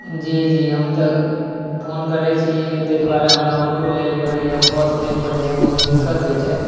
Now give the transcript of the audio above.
जी जी हम तऽ फोन करै छी ताहि दुआरे हमरा ऑटो लैलए पड़ैए बस लैलए पड़ैए बहुत दिक्कत होइ छै